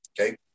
Okay